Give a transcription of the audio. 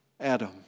Adam